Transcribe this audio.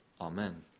Amen